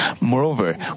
Moreover